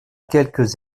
quelques